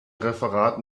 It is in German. referat